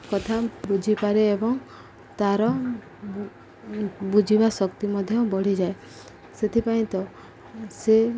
କଥା ବୁଝିପାରେ ଏବଂ ତାର ବୁଝିବା ଶକ୍ତି ମଧ୍ୟ ବଢ଼ିଯାଏ ସେଥିପାଇଁ ତ ସେ